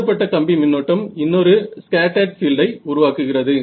தூண்டப்பட்ட கம்பி மின்னோட்டம் இன்னொரு ஸ்கேட்டர்ட் பீல்டை உருவாக்குகிறது